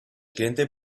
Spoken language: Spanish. cliente